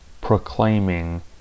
proclaiming